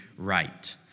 right